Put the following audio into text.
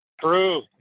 True